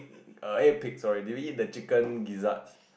err I ate pig sorry do you eat the chicken gizzards